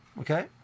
Okay